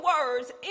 words